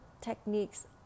techniques